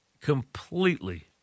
completely